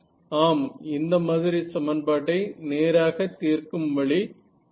ஆம் இந்த மாதிரி சமன்பாட்டை நேராக தீர்க்கும் வழி எது